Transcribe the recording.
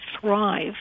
thrive